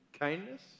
kindness